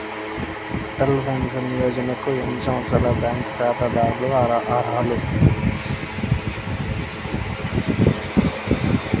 Atal pension యోజనకు ఎన్ని సంవత్సరాల బ్యాంక్ ఖాతాదారులు అర్హులు?